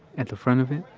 at the front of it,